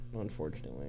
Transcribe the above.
unfortunately